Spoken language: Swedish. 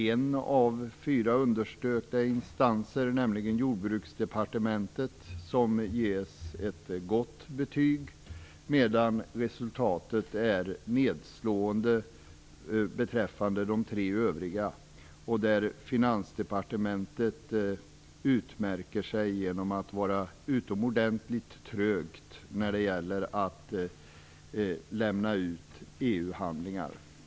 En av fyra undersökta instanser, nämligen Jordbruksdepartementet, ges ett gott betyg, medan resultatet är nedslående beträffande de tre övriga instanserna. Finansdepartementet utmärker sig genom utomordentlig tröghet när det gäller att lämna ut EU handlingar.